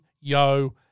Yo